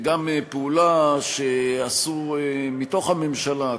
וגם פעולה שעשו מתוך הממשלה,